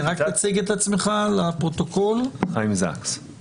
בוקר טוב, אדוני, בוקר טוב לכולם.